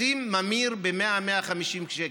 לשים ממיר ב-100 150 שקל.